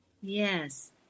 yes